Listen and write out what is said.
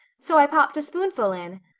so i popped a spoonful in.